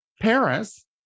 Paris